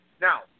now